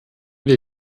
wir